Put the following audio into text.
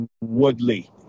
Woodley